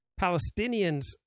Palestinians